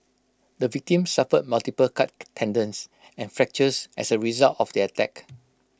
the victim suffered multiple cut tendons and fractures as A result of the attack